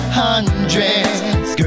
hundreds